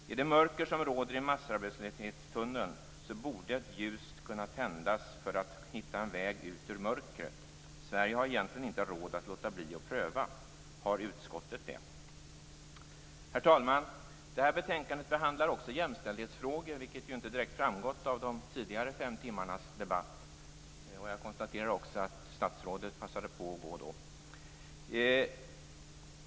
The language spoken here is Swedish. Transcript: I det mörker som råder i massarbetslöshetstunneln borde ett ljus kunna tändas för att man skall kunna hitta en väg ut ur mörkret. Sverige har egentligen inte råd att låta bli att pröva. Har utskottet det? Herr talman! I detta betänkande behandlas också jämställdhetsfrågor, vilket inte direkt har framgått av de tidigare fem timmarnas debatt. Jag konstaterar också att statsrådet passade på att gå.